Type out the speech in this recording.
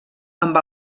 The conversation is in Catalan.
amb